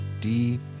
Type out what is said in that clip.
deep